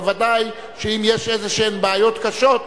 בוודאי שאם יש איזה בעיות קשות,